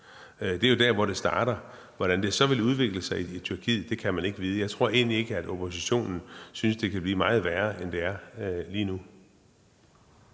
Det er der, det starter. Hvordan det så vil udvikle sig i Tyrkiet, kan man ikke vide. Jeg tror egentlig ikke, at oppositionen synes, at det kan blive meget værre, end det er lige nu.